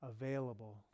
available